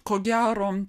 ko gero